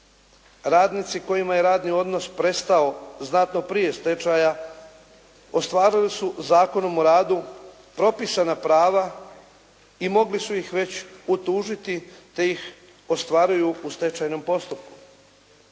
Radnici kojima je radni odnos prestao znatno prije stečaja ostvarili su Zakonom o radu propisana prava i mogli su ih već utužiti te ih ostvaruju u stečajnom postupku.